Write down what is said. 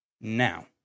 Now